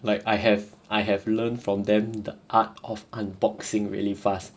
like I have I have learned from them the art of unboxing really fast